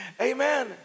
Amen